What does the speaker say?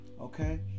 Okay